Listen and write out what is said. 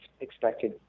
expected